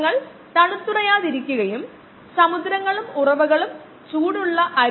പ്രവർത്തനക്ഷമമായ കോശങ്ങളുടെ സാന്ദ്രത കുറയുന്നതിന്റെ നിരക്ക് കോശങ്ങളുടെ സാന്ദ്രതയ്ക്ക് ആനുപാതികമാണ്